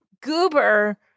goober